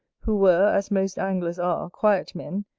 who were, as most anglers are, quiet men,